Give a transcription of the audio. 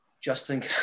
Justin